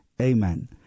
Amen